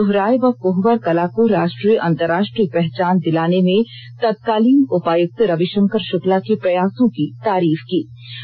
उन्होंने सोहराय व कोहबर कला को राष्ट्रीय अंतरराष्ट्रीय पहचान दिलाने में तत्कालीन उपायुक्त रविशंकर शुक्ला के प्रयासों की तारीफ की